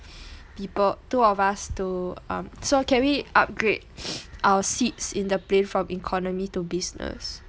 people two of us to um so can we upgrade our seats in the plane from economy to business